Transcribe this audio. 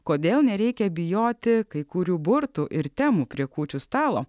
kodėl nereikia bijoti kai kurių burtų ir temų prie kūčių stalo